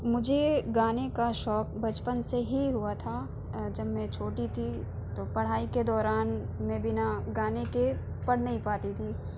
مجھے گانے کا شوق بچپن سے ہی ہوا تھا جب میں چھوٹی تھی تو پڑھائی کے دوران میں بنا گانے کے پڑھ نہیں پاتی تھی